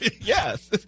yes